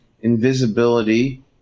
invisibility